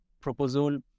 proposal